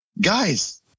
guys